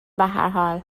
بحرحال